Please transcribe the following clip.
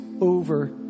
over